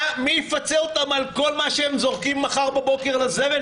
מי יפצה אותם על כל מה שהם זורקים מחר בבוקר לזבל?